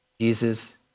Jesus